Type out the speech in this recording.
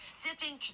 sifting